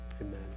amen